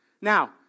Now